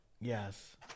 yes